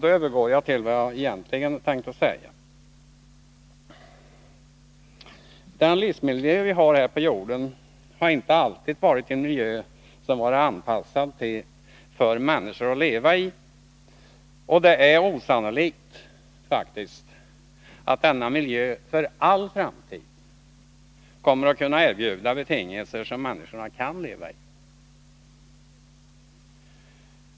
Då övergår jag till vad jag egentligen tänkte säga. Den livsmiljö vi har här på jorden har inte alltid varit anpassad för människor att leva i och det är också osannolikt att denna miljö för all framtid kommer att kunna erbjuda betingelser som människor kan leva i.